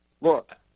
look